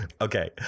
Okay